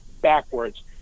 backwards